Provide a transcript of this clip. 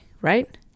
right